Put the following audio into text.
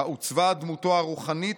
בה עוצבה דמותו הרוחנית,